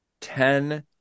ten